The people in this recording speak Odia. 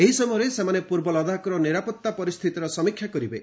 ଏହି ସମୟରେ ସେମାନେ ପୂର୍ବ ଲଦାଖର ନିରାପତ୍ତା ପରିସ୍ଥିତିର ସମୀକ୍ଷା କରିବେ